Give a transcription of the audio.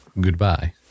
Goodbye